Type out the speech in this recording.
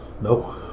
No